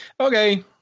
Okay